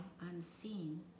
unseen